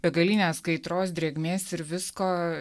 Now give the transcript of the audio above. begalines kaitros drėgmės ir visko